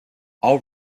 all